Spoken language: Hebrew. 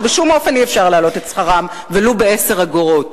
כשבשום אופן אי-אפשר להעלות את שכרם ולו ב-10 אגורות.